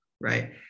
right